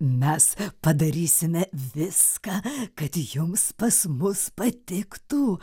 mes padarysime viską kad jums pas mus patiktų